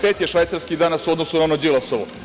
Pet je Švajcarskih danas u odnosu na ono Đilasovo.